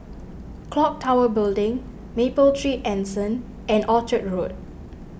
Clock Tower Building Mapletree Anson and Orchard Road